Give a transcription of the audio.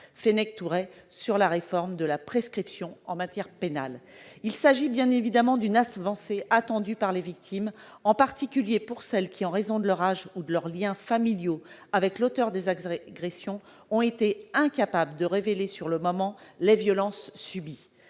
Fenech-Tourret sur la réforme de la prescription en matière pénale ! Il s'agit bien évidemment d'une avancée attendue par les victimes, en particulier pour celles qui, en raison de leur âge ou de leurs liens familiaux avec l'auteur des agressions, ont été incapables de révéler sur le moment les violences subies.